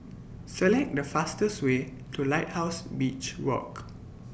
Select The fastest Way to Lighthouse Beach Walk